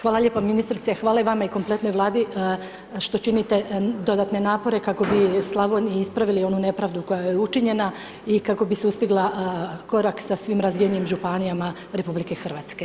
Hvala lijepo ministrice, hvala i vama i kompletnoj Vladi što činite dodatne napore kako bi Slavoniji ispravili onu nepravdu koja je učinjena i kako bi sustigla korak sa svim razvijenim županijama RH.